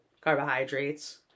carbohydrates